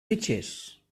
fitxers